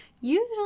usually